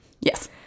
Yes